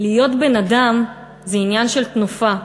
להיות בן-אדם /